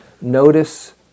notice